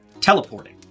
teleporting